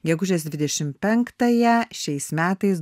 gegužės dvidešim penktąją šiais metais